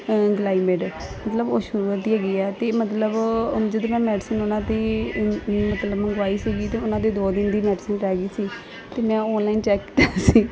ਗਲਾਈਮੇਡ ਮਤਲਬ ਉਹ ਸ਼ੂਗਰ ਦੀ ਹੈਗੀ ਆ ਅਤੇ ਮਤਲਬ ਜਦੋਂ ਮੈਂ ਮੈਡੀਸਨ ਉਹਨਾਂ ਦੀ ਮਤਲਬ ਮੰਗਵਾਈ ਸੀਗੀ ਅਤੇ ਉਹਨਾਂ ਦੇ ਦੋ ਦਿਨ ਦੀ ਮੈਡੀਸਨ ਰਹਿ ਗਈ ਸੀ ਅਤੇ ਮੈਂ ਔਨਲਾਈਨ ਚੈੱਕ ਕੀਤਾ ਸੀ